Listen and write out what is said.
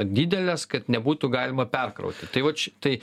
didelės kad nebūtų galima perkrauti tai vat ši tai